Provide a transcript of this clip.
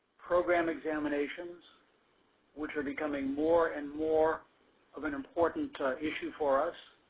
program examinations which are becoming more and more of an important issue for us